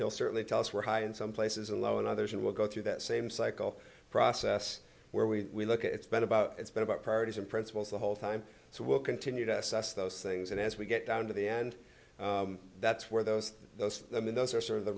he'll certainly tell us we're high in some places allow and others will go through that same cycle process where we look at it's been about it's been about priorities and principles the whole time so we'll continue to assess those things and as we get down to the end that's where those those i mean those are sort of the